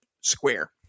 square